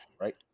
right